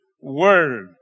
word